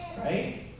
Right